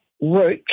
work